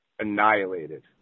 annihilated